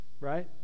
Right